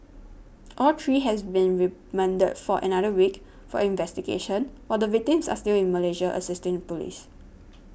all three has been remanded for another week for investigations while the victims are still in Malaysia assisting police